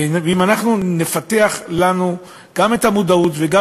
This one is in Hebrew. ואם אנחנו נפתח אצלנו גם את המודעות וגם